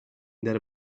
their